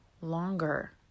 longer